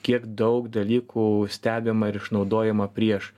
kiek daug dalykų stebima ir išnaudojama prieš